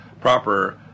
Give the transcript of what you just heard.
proper